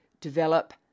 Develop